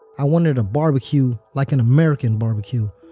i wanted a barbecue, like an american barbecue.